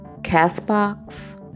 Castbox